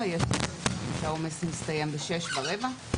ויש פעמים שהעומס מסתיים כבר בשש ורבע.